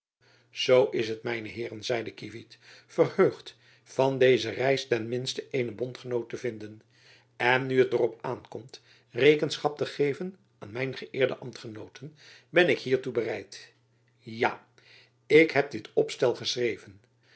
zoo is t mijne heeren zeide kievit verheugd van deze reis ten minste eenen bondgenoot te vinden en nu het er op aan komt rekenschap te geven aan mijn geëerde ambtgenooten ben ik hiertoe bereid ja ik heb dit opstel geschreven